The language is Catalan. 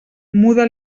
muda